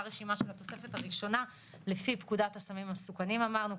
רשימה של התוספת הראשונה לפי פקודת הסמים המסוכנים אמרנו,